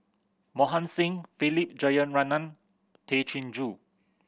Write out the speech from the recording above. Mohan Singh Philip Jeyaretnam Tay Chin Joo